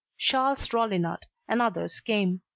charles rollinat and others came.